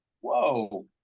whoa